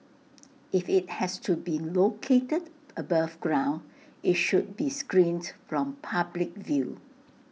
if IT has to be located above ground IT should be screened from public view